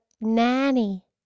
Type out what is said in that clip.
nanny